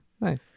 Nice